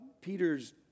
Peter's